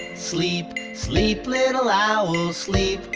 sleep, sleep little owls. sleep,